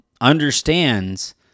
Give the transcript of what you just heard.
understands